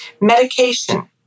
medication